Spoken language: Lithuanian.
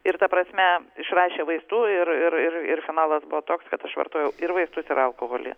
ir ta prasme išrašė vaistų ir ir ir ir finalas buvo toks kad aš vartojau ir vaistus ir alkoholį